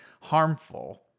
harmful